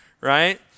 right